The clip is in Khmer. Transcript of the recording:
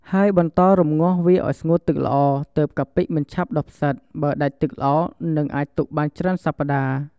ហើយបន្តរំងាស់វាឱ្យស្ងួតទឹកល្អ ទើបកាពិមិនឆាប់ដុះផ្សិត បើដាច់ទឹកល្អនឹងអាចទុកបានច្រើនសប្ដាហ៍។